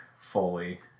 fully